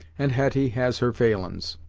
and hetty has her failin's.